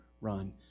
run